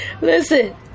Listen